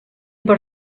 per